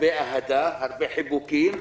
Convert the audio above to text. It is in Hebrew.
הרבה אהדה וחיבוקים,